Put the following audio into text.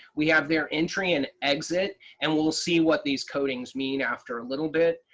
we have their entry and exit. and we'll we'll see what these codings mean after a little bit.